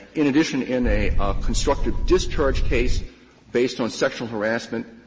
in addition, in a constructive discharge case based on sexual harassment,